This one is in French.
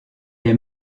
est